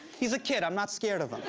he's a kid. i'm not scared of him.